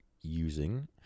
using